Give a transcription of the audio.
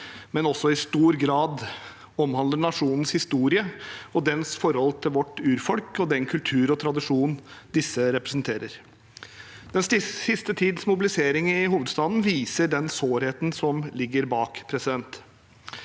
men også i stor grad omhandler nasjonens historie og dens forhold til vårt urfolk og den kultur og tradisjon disse representerer. Den siste tids mobilisering i hovedstaden viser den sårheten som ligger bak.